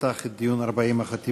שפתח את דיון 40 החתימות.